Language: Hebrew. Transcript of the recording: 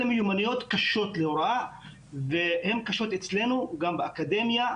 אלה מיומנויות קשות להוראה והן קשות אצלנו גם באקדמיה,